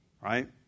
right